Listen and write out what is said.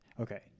Okay